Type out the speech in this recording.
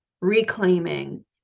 reclaiming